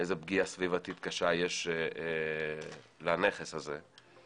איזו פגיעה סביבתית קשה יש לנכס הזה.